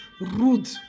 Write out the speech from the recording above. rude